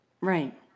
Right